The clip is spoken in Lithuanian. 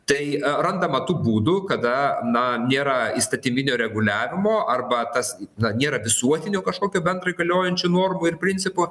tai randama tų būdų kada na nėra įstatyminio reguliavimo arba tas na nėra visuotinio kažkokio bendrai galiojančių normų ir principo